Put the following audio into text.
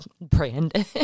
Brandon